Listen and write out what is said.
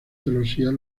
celosías